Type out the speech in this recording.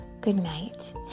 goodnight